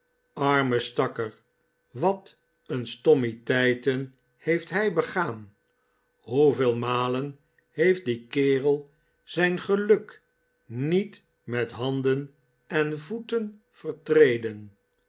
arme stakker wat een stommiteiten heeft hij begaan hoeveel malen heeft die kerel zijn geluk niet met handen en voeten vertreden